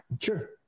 Sure